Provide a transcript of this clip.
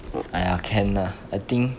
!aiya! can lah I think